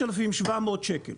3,700 שקלים